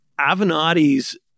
Avenatti's